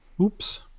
Oops